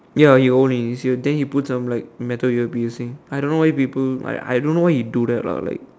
ya he old in his ear than he put some like metal ear piercing I don't know why people I don't know why he do that lah like